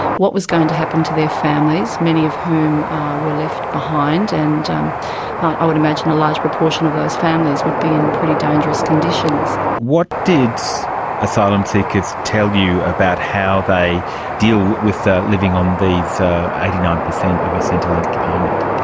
what was going to happen to their families, many of whom were left behind, and um i would imagine a large proportion of those families would be in pretty dangerous conditions. what did asylum seekers tell you about how they deal with living on these eighty nine percent of a centrelink payment?